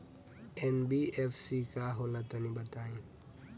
NBFC का होला तनि बताई?